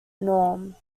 norm